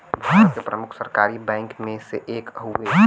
भारत के प्रमुख सरकारी बैंक मे से एक हउवे